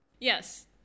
Yes